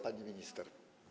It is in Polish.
Pani Minister!